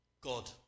God